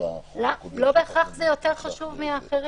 לא בהכרח זה יותר חשוב מאחרים.